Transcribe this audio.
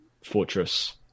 fortress